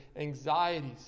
anxieties